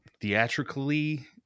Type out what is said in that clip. theatrically